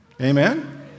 Amen